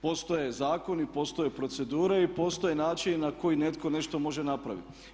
Postoje zakoni, postoje procedure i postoji način na koji netko nešto može napraviti.